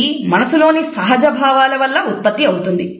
ఇది మనసులోని సహజ భావాల వల్ల ఉత్పత్తి అవుతుంది